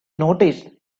noticed